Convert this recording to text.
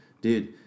Dude